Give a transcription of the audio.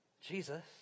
Jesus